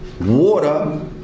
water